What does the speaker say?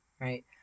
right